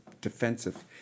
defensive